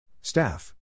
Staff